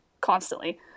constantly